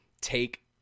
take